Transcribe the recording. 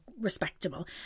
respectable